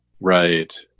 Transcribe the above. right